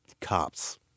cops